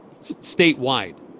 statewide